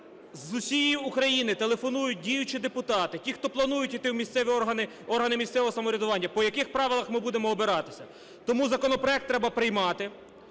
З усієї України телефонують діючі депутати, ті, хто планують іти в місцеві органи, органи місцевого самоврядування: по яких правилах ми будемо обиратися? Тому законопроект треба приймати.